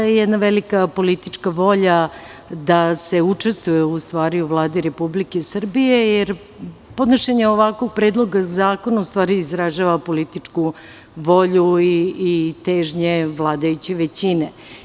Postoji jedna velika politička volja da se učestvuju u Vladi Republike Srbije, jer podnošenje ovakvog predloga zakona u stvari izražava političku volju i težnji vladajuće većine.